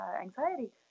anxiety